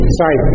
Sorry